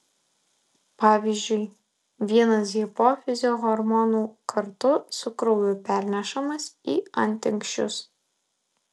pavyzdžiui vienas hipofizio hormonų kartu su krauju pernešamas į antinksčius